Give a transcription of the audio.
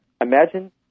Imagine